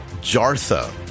Jartha